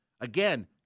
again